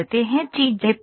चीजें प्लेटफार्म